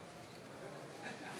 המדינה